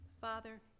Father